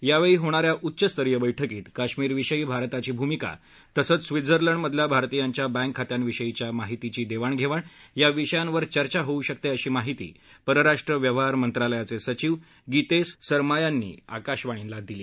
यावेळी होणाऱ्या उच्च स्तरीय बैठकीत काश्मीर विषयी भारताची भूमिका तसंच स्वित्झर्लंड मधल्या भारतीयांच्या बँक खात्यां विषयीच्या माहितीची देवाणधेवाण या विषयांवर चर्चा होऊ शकते अशी माहिती परराष्ट्र व्यवहार मंत्रालयाचे सचिव गितेश सरमायांनी आकाशावाणीला दिली